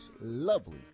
lovely